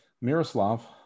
Miroslav